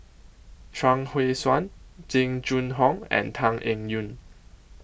Chuang Hui Tsuan Jing Jun Hong and Tan Eng Yoon